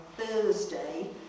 Thursday